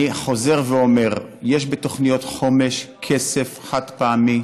אני חוזר ואומר: יש בתוכניות חומש כסף חד-פעמי,